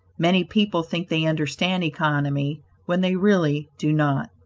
many people think they understand economy when they really do not.